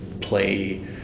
play